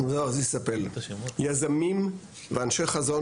יזמים ואנשי חזון,